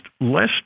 less